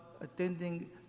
attending